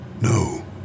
No